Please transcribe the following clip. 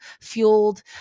fueled